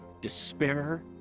despair